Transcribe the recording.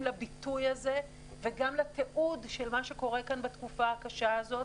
לביטוי הזה וגם לתיעוד של מה שקורה כאן בתקופה הקשה הזאת.